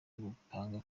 gupanga